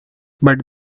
but